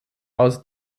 aus